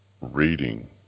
reading